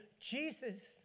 Jesus